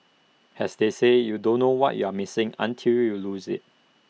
has they say you don't know what you're missing until you lose IT